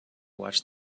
watch